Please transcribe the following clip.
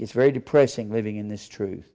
it's very depressing living in this truth